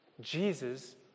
Jesus